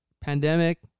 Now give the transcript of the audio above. Pandemic